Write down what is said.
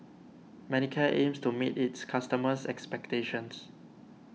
Manicare aims to meet its customers' expectations